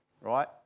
right